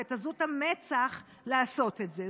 ואת עזות המצח לעשות את זה.